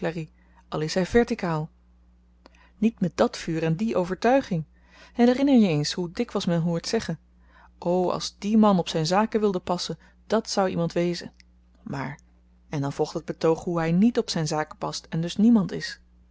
al is hy vertikaal niet met dat vuur en die overtuiging herinner je eens hoe dikwyls men hoort zeggen o als die man op zyn zaken wilde passen dàt zou iemand wezen maar en dan volgt het betoog hoe hy niet op zyn zaken past en dus niemand is